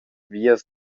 vias